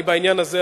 בעניין הזה,